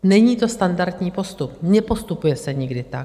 Není to standardní postup, nepostupuje se nikdy tak.